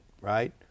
right